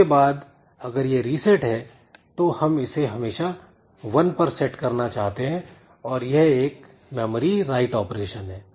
इसके बाद अगर यह रिसेट है तो हम इसे हमेशा 1 पर सेट करना चाहते हैं और यह एक मेमोरी राइट ऑपरेशन है